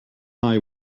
eye